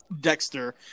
Dexter